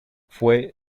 fue